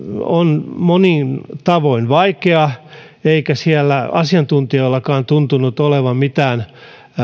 on monin tavoin vaikea eikä siellä asiantuntijoillakaan tuntunut olevan mitään